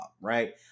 right